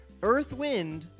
Earthwind